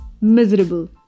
miserable